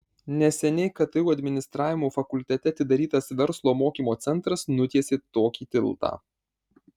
neseniai ktu administravimo fakultete atidarytas verslo mokymo centras nutiesė tokį tiltą